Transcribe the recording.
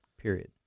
period